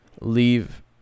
leave